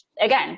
again